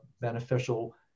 beneficial